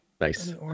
nice